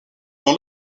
dans